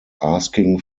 asking